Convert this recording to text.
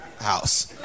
house